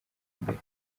mbere